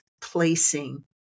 placing